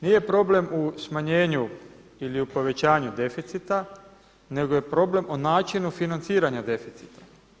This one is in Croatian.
Nije problem u smanjenju ili u povećanju deficita nego je problem o načinu financiranja deficita.